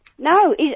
No